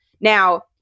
Now